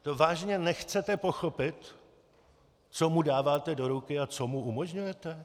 To vážně nechcete pochopit, co mu dáváte do ruky a co mu umožňujete?